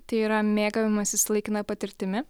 tai yra mėgavimasis laikina patirtimi